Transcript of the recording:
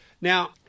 Now